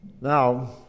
Now